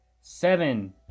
Seven